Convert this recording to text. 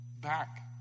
back